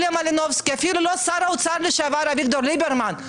אפילו לא שר האוצר לשעבר אביגדור ליברמן.